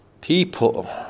People